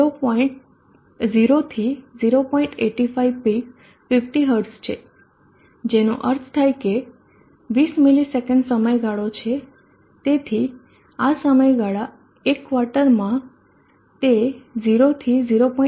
85 peak 50 hertz છે જેનો અર્થ થાય કે 20 મિલિસેકન્ડ સમયગાળો છે તેથી આ સમયગાળા એક ક્વાર્ટરમાં તે 0 થી 0